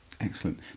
Excellent